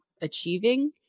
achieving